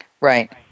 Right